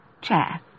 chair